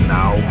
now